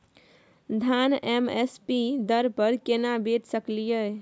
धान M S P दर पर केना बेच सकलियै?